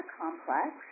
complex